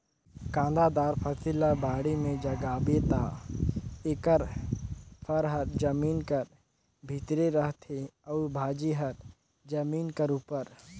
कांदादार फसिल ल बाड़ी में जगाबे ता एकर फर हर जमीन कर भीतरे रहथे अउ भाजी हर जमीन कर उपर